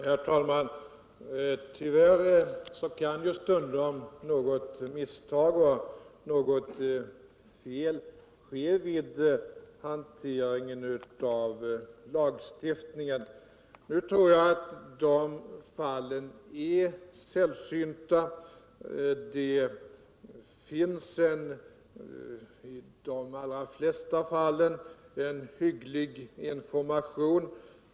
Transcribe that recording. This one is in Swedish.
Herr talman! Tyvärr kan ju stundom något misstag och något fel begås vid hanteringen av lagstiftningen. Nu tror jag att de fallen är sällsynta. Det ges i de allra flesta fall en hygglig information.